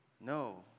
No